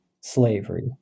slavery